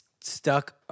stuck